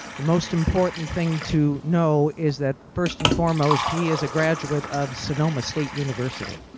the most important thing to know is that first and foremost, he is a graduate of sonoma state university.